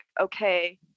okay